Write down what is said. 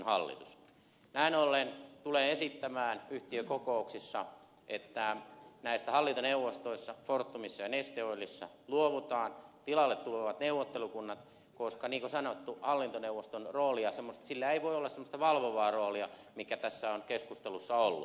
hallitus näin ollen tulee esittämään yhtiökokouksissa että näistä hallintoneuvostoista fortumissa ja neste oilissa luovutaan ja tilalle tulevat neuvottelukunnat koska niin kuin sanottu hallintoneuvostolla ei voi olla semmoista valvovaa roolia mikä tässä on keskustelussa ollut